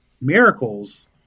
miracles